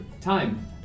time